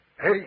Hey